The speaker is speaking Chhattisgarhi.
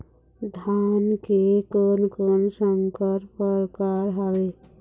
धान के कोन कोन संकर परकार हावे?